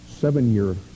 seven-year